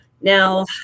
Now